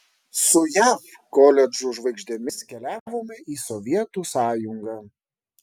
su jav koledžų žvaigždėmis keliavome į sovietų sąjungą